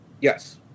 Yes